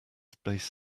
space